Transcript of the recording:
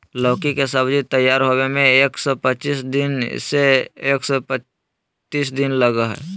लौकी के सब्जी तैयार होबे में एक सौ पचीस से एक सौ तीस दिन लगा हइ